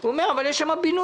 הוא אומר: אבל יש שם בינוי,